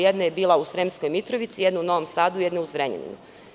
Jedna je bila u Sremskoj Mitrovici, jedna u Novom Sadu, a jedna u Zrenjaninu.